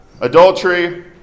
Adultery